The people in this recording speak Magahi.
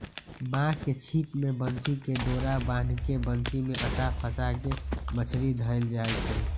बांस के छिप में बन्सी कें डोरा बान्ह् के बन्सि में अटा फसा के मछरि धएले जाइ छै